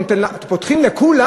פותחים לכולם?